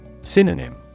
Synonym